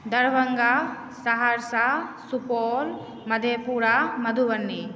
Darbhanga Saharsa Supaul Madhepura Madhubani